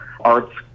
arts